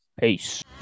Peace